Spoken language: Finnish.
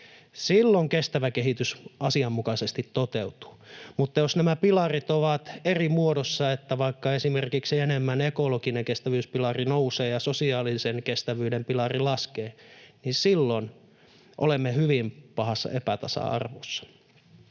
Silloin kestävä kehitys asianmukaisesti toteutuu. Mutta jos nämä pilarit ovat eri muodossa, vaikka esimerkiksi enemmän ekologinen kestävyyspilari nousee ja sosiaalisen kestävyyden pilari laskee, niin silloin olemme hyvin pahassa epätasa-arvossa.